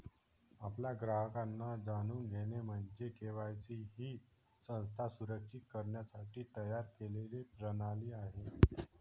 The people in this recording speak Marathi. आपल्या ग्राहकांना जाणून घेणे म्हणजे के.वाय.सी ही संस्था सुरक्षित करण्यासाठी तयार केलेली प्रणाली आहे